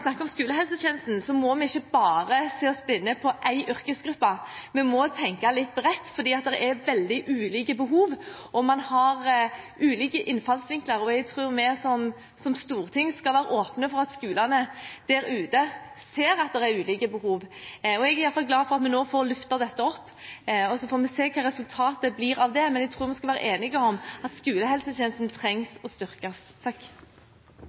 om skolehelsetjenesten – at vi ikke bare må se oss blind på én yrkesgruppe, vi må tenke litt bredt fordi det er veldig ulike behov og man har ulike innfallsvinkler. Jeg tror vi som storting skal være åpne for at skolene der ute ser at det er ulike behov. Jeg er iallfall glad for at vi nå får løftet dette opp. Så får vi se hva resultatet av det blir, men jeg tror vi skal være enige om at skolehelsetjenesten trengs å styrkes.